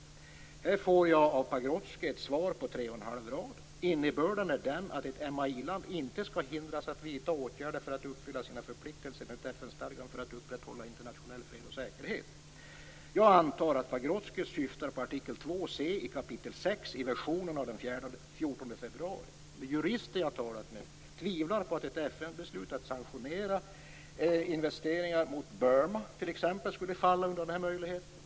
Här får jag ett svar av Pagrotsky på tre och en halv rad. Innebörden är den att ett MAI-land inte skall hindras att vidta åtgärder för att uppfylla sina förpliktelser enligt FN-stadgan för att upprätthålla internationell fred och säkerhet. Jag antar att Pagrotsky syftar på artikel 2 c, 6 kap. i versionen av den 14 februari. Jurister jag har talat med tvivlar på att t.ex. ett FN-beslut om sanktioner när det gäller investeringar i Burma skulle falla under den här möjligheten.